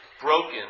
broken